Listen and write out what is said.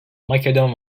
makedon